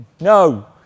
No